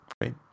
great